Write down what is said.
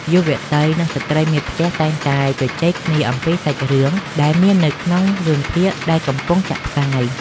យុវតីនិងស្ត្រីមេផ្ទះតែងតែជជែកគ្នាអំពីសាច់រឿងនិងតួអង្គដែលមាននៅក្នុងរឿងភាគដែលកំពុងចាក់ផ្សាយ។